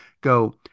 go